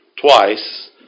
twice